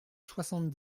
soixante